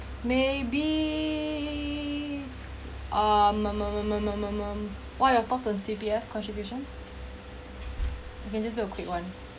maybe um what's your thoughts on C_P_F contribution